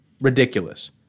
ridiculous